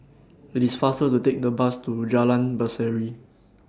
IT IS faster to Take The Bus to Jalan Berseri